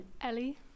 Ellie